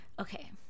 okay